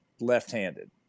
left-handed